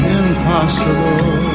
impossible